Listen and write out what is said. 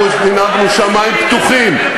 אנחנו הנהגנו שמים פתוחים,